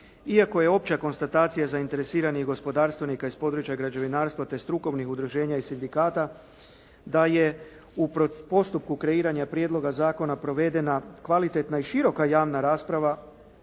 Iako je opća konstatacija zainteresiranih gospodarstvenika iz područja građevinarstva te strukovnih udruženja i sindikata da je u postupku kreiranja prijedloga zakona provedena kvalitetna i široka javna rasprava